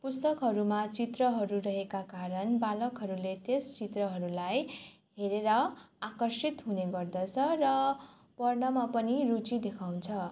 पुस्तकहरूमा चित्रहरू रहेका कारण बालकहरूले त्यस चित्रहरूलाई हेरेर आकर्षित हुनेगर्दछ र पढ्नमा पनि रुचि देखाउँछ